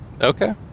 Okay